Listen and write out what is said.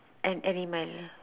an animal